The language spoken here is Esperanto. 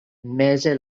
meze